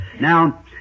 Now